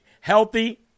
healthy